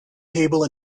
table